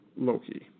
Loki